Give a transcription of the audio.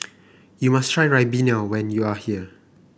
you must try ribena when you are here